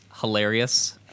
hilarious